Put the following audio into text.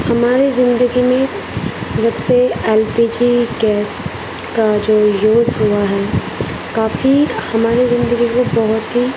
ہماری زندگی میں جب سے ایل پی جی گیس کا جو یوز ہوا ہے کافی ہماری زندگی کو بہت ہی